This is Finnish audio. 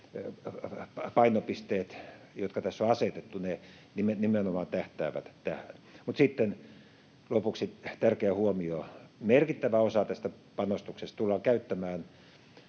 painopisteet, jotka tässä on asetettu, nimenomaan tähtäävät tähän. Sitten lopuksi tärkeä huomio: Merkittävä osa tästä panostuksesta tullaan käyttämään